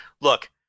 look